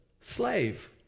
slave